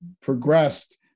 progressed